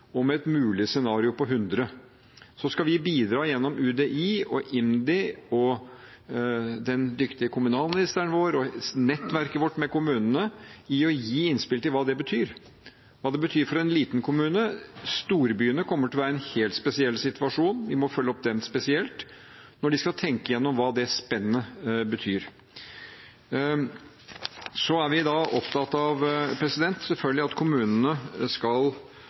og med et mulig scenario på 100 000. Så skal vi bidra – gjennom UDI, IMDi, den dyktige kommunalministeren vår og nettverket vårt med kommunene – til å gi innspill om hva det betyr, hva det betyr for en liten kommune, mens storbyene kommer til å være i en helt spesiell situasjon. Vi må følge opp dem spesielt når de skal tenke gjennom hva det spennet betyr. Vi er selvfølgelig opptatt av at kommunene skal